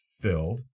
filled